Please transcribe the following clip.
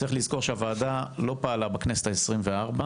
צריך לזכור שהוועדה לא פעלה בכנסת העשרים-וארבע,